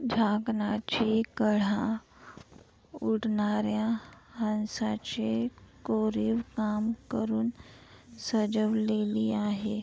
झाकणाची कडा उडणाऱ्या हंसाचे कोरीव काम करून सजवलेली आहे